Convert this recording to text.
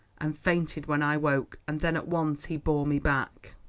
and fainted when i woke, and then at once he bore me back.